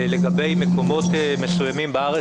בנושא הסיפור של בנק ישראל,